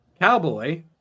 Cowboy